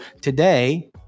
today